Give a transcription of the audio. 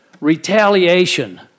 retaliation